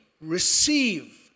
receive